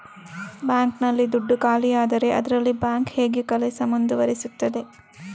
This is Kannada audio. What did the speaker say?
ಬ್ಯಾಂಕ್ ನಲ್ಲಿ ದುಡ್ಡು ಖಾಲಿಯಾದರೆ ಅದರಲ್ಲಿ ಬ್ಯಾಂಕ್ ಹೇಗೆ ಕೆಲಸ ಮುಂದುವರಿಸುತ್ತದೆ?